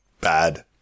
bad